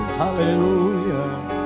hallelujah